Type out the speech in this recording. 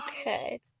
Okay